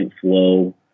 flow